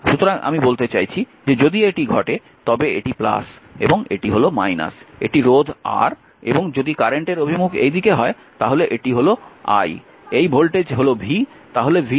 সুতরাং আমি বলতে চাইছি যে যদি এটি ঘটে তবে এটি এটি হল এটি রোধ R এবং যদি কারেন্টের অভিমুখ এই দিকে হয় তাহলে এটি হল i এই ভোল্টেজ হল v তাহলে v iR হবে